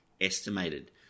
estimated